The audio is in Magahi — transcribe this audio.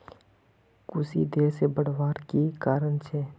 कुशी देर से बढ़वार की कारण छे?